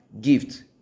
gift